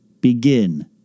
begin